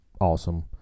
awesome